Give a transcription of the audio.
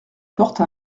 portes